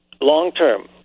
long-term